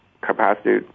capacity